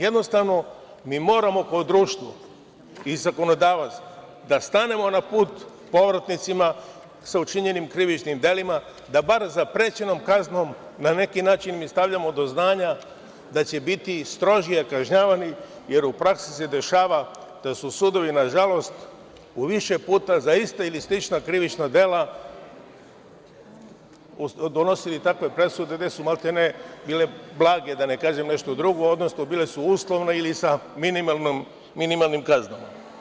Jednostavno, mi moramo kao društvo i zakonodavac da stanemo na put povratnicima sa učinjenim krivičnim delima da bar zaprećenom kaznom na neki način im stavljamo do znanja da će biti strožije kažnjavani, jer u praksi se dešava da su sudovi nažalost u više puta za ista ili slična krivična dela donosili takve presude gde su maltene bile blage, da ne kažem nešto drugo, odnosno bile su uslovne ili sa minimalnim kaznama.